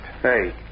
Hey